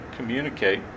Communicate